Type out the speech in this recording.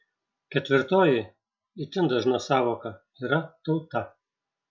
ketvirtoji itin dažna sąvoka yra tauta